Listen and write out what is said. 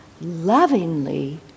lovingly